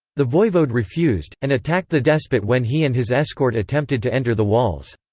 the voivode refused, and attacked the despot when he and his escort attempted to enter the walls.